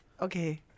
Okay